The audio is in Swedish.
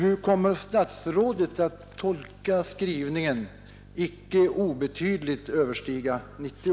Hur kommer statsrådet att tolka skrivningen att antalet distrikt kommer att ”icke obetydligt överstiga” 90?